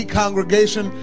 congregation